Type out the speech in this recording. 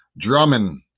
Drummond